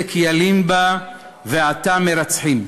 צדק ילין בה ועתה מרצחים".